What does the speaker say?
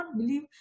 believe